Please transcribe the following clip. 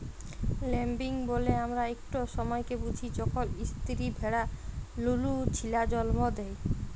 lambing ব্যলে আমরা ইকট সময়কে বুঝি যখল ইস্তিরি ভেড়া লুলু ছিলা জল্ম দেয়